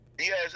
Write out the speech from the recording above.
Yes